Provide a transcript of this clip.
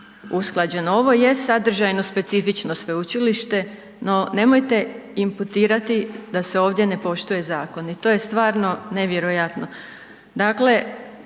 usklađeno. Ovo je sadržajno specifično sveučilište, no nemojte imputirati da se ovdje ne poštuje zakon i to je stvarno nevjerojatno.